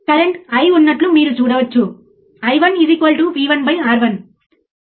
కాబట్టి output voltage 0 చేయడానికి ఈ చిన్న వోల్టేజ్ అవసరం సరియైనదా